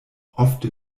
ofte